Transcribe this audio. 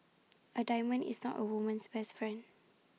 A diamond is not A woman's best friend